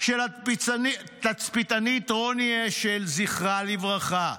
של התצפיתנית רוני אשל, זכרה לברכה,